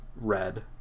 red